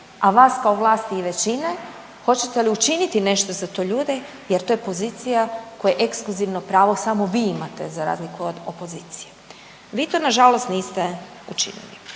a vas kao vlasti i većine hoćete li učiniti nešto za te ljude jer to je pozicija koje ekskluzivno pravo samo vi imate za razliku od opozicije, vi to nažalost niste učinili.